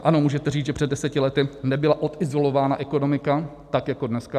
Ano, můžete říct, že před deseti lety nebyla odizolována ekonomika tak jako dneska.